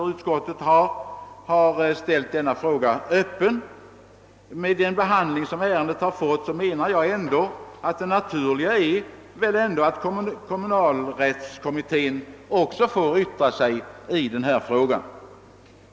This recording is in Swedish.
Utskottet har ställt den frågan öppen. Med den behandling som detta ärende fått menar jag att det naturliga vore att kommunalrättskommittén också får yttra sig i denna fråga.